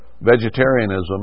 Vegetarianism